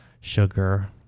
sugar